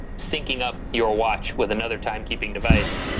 syncing up your watch with another timekeeping device,